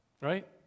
Right